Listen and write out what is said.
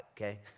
okay